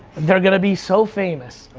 they're gonna be so famous,